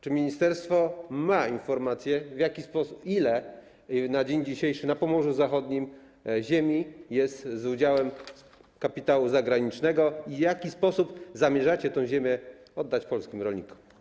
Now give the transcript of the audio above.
Czy ministerstwo ma informacje, ile na dzień dzisiejszy ziemi na Pomorzu Zachodnim jest z udziałem kapitału zagranicznego i w jaki sposób zamierzacie tę ziemię oddać polskim rolnikom?